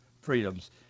freedoms